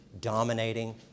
dominating